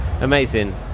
amazing